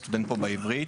סטודנט פה בעברית.